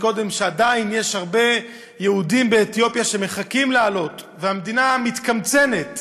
שעדיין יש הרבה יהודים באתיופיה שמחכים לעלות והמדינה מתקמצנת